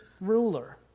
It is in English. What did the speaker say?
ruler